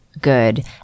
Good